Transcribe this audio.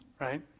right